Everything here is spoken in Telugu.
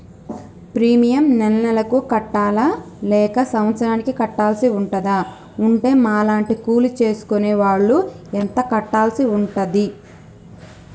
ప్రీమియం నెల నెలకు కట్టాలా లేక సంవత్సరానికి కట్టాల్సి ఉంటదా? ఉంటే మా లాంటి కూలి చేసుకునే వాళ్లు ఎంత కట్టాల్సి ఉంటది?